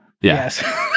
Yes